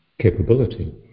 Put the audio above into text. capability